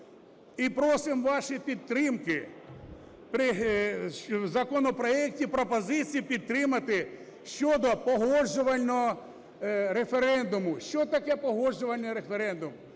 і просимо вашої підтримки у законопроекті пропозиції підтримати щодо погоджувального референдуму. Що таке погоджувальний референдум?